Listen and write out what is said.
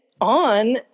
on